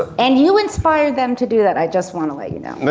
ah and you inspire them to do that i just want to let you know.